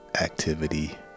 activity